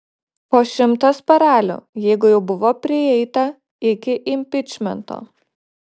po šimtas paralių jeigu jau buvo prieita iki impičmento